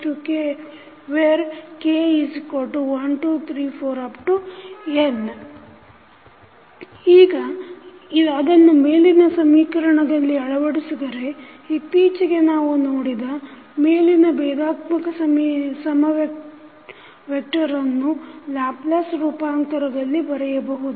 n ಈಗ ಅದನ್ನು ಮೇಲಿನ ಸಮೀಕರಣದಲ್ಲಿ ಅಳವಡಿಸಿದರೆ ಇತ್ತೀಚಿಗೆ ನಾವು ನೋಡಿದ ಮೇಲಿನ ಭೇದಾತ್ಮಕ ಸಮವೆಕ್ಟರನ್ನು ಲ್ಯಾಪ್ಲೇಸ್ ರೂಪಾಂತರದಲ್ಲಿ ಬರೆಯಬಹುದು